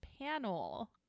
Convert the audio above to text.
panel